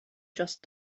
just